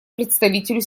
представителю